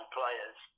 players